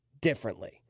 differently